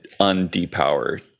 undepower